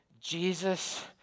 Jesus